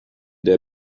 der